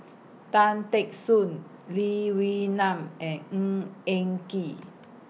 Tan Teck Soon Lee Wee Nam and Ng Eng Kee